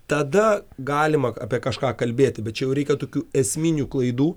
tada galima apie kažką kalbėti bet čia jau reikia tokių esminių klaidų